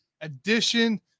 edition